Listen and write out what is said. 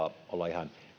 ihan